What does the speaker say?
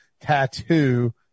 tattoo